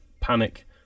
panic